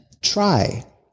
try